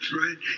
right